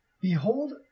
Behold